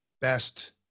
best